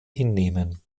hinnehmen